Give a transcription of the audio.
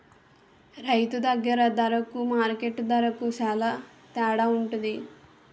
రైతు దగ్గర దరకు మార్కెట్టు దరకు సేల తేడవుంటది